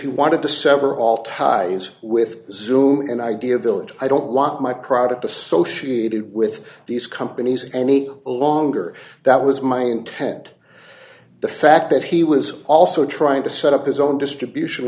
he wanted to sever all ties with zoom in idea dylan i don't want my product associated with these companies any longer that was my intent the fact that he was also trying to set up his own distribution